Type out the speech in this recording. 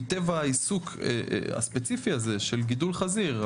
מטבע העיסוק הספציפי הזה של גידול חזיר.